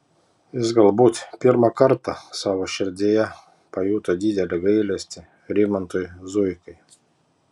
jis galbūt pirmą kartą savo širdyje pajuto didelį gailestį rimantui zuikai